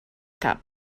cap